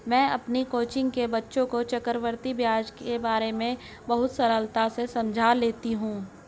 मैं अपनी कोचिंग के बच्चों को चक्रवृद्धि ब्याज के बारे में बहुत सरलता से समझा लेती हूं